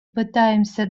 пытаемся